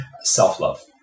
Self-love